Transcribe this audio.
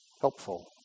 helpful